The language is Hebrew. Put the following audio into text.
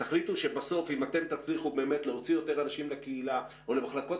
תחליטו שאם תצליחו יותר אנשים לקהילה או למחלקות